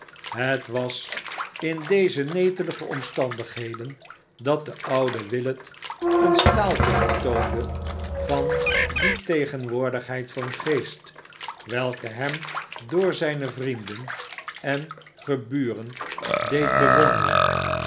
het was in deze netelige omstandigheden dat de oude willet een staaltje vertoonde van die tegenwoordigheid van geest welke hem door zijne vrienden en geburen deed bewonderen